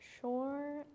Sure